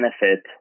benefit